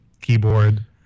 keyboard